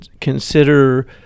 consider